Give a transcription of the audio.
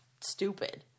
Stupid